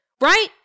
right